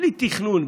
בלי תכנון,